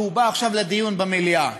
שהוא בא עכשיו לדיון במליאה.